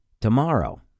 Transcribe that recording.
Tomorrow